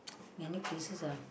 many places ah